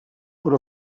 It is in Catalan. per